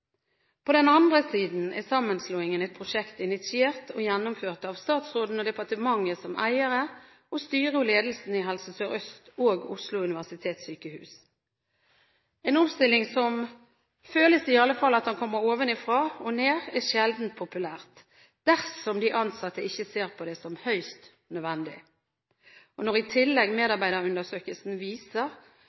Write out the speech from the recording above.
På den andre siden er sammenslåingen et prosjekt initiert og gjennomført av statsråden og departementet som eiere og styret og ledelsen i Helse Sør-Øst og Oslo universitetssykehus. En omstilling som kommer ovenfra og ned – eller iallfall føles slik – er sjelden populær, dersom de ansatte ikke ser på det som høyst nødvendig. Når medarbeiderundersøkelsen i tillegg viser